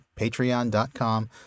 patreon.com